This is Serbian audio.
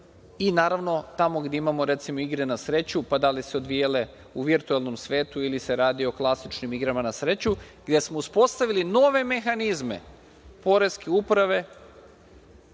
i naravno tamo gde imamo igre na sreću, pa da li se odvijale u virtuelnom svetu ili se radi o klasičnim igrama na sreću, gde smo uspostavili nove mehanizme Poreske uprave,